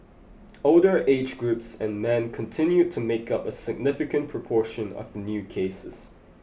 older age groups and men continued to make up a significant proportion of the new cases